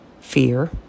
Fear